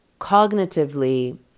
cognitively